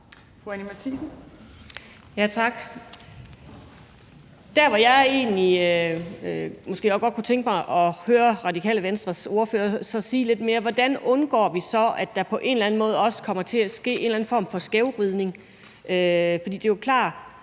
som jeg måske godt kunne tænke mig at høre Det Radikale Venstres ordfører sige lidt mere om, er, hvordan vi så undgår, at der på en eller anden måde også kommer til at ske en eller anden form for skævvridning. Det er jo klart,